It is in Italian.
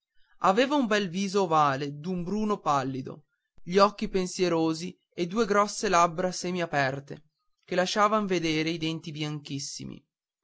aveva un bel viso ovale d'un bruno pallido gli occhi pensierosi e due grosse labbra semiaperte che lasciavan vedere i denti bianchissimi